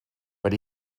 but